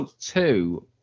two